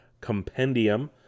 compendium